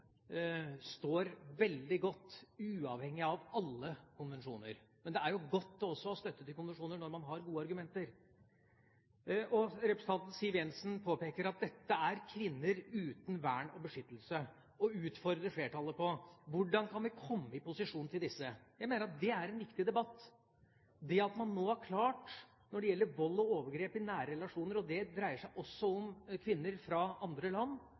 står veldig godt uavhengig av alle konvensjoner. Men det er godt også å støtte seg til konvensjoner når man har gode argumenter. Representanten Siv Jensen påpeker at dette er kvinner «uten vern og beskyttelse», og utfordrer flertallet på hvordan vi kan komme i posisjon til disse. Jeg mener det er en viktig debatt. Det at man nå har klart når det gjelder vold og overgrep i nære relasjoner – og det dreier seg også om kvinner fra andre land